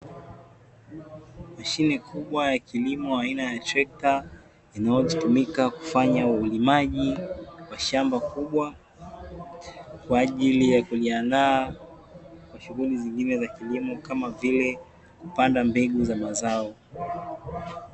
Mashine kubwa ya kilimo aina ya trekta inayotumika kufanya ulimaji wa shamba kubwa kwa ajili ya kujiandaa kwa shughuli zingine za kilimo kama vile kupanda mbegu za mazao.